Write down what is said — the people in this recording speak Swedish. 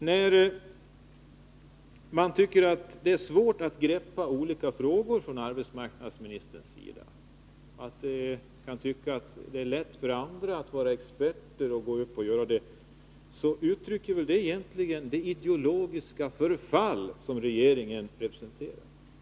Att arbetsmarknadsministern menar att det är svårt att greppa olika frågor och säger att det är lätt för andra att vara experter, det uttrycker väl egentligen det ideologiska förfall som regeringen representerar.